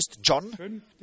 John